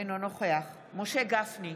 אינו נוכח משה גפני,